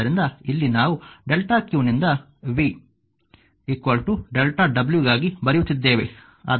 ಆದ್ದರಿಂದ ಇಲ್ಲಿ ನಾವು ಡೆಲ್ಟಾ q ನಿಂದ v ಡೆಲ್ಟಾ w ಗಾಗಿ ಬರೆಯುತ್ತಿದ್ದೇವೆ